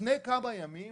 לפני כמה ימים